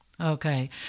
Okay